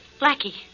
Blackie